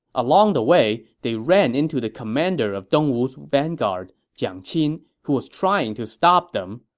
along the way, they ran into the commander of dongwu's vanguard, jiang qin, who was trying to stop them.